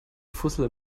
fussel